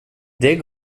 det